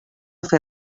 fer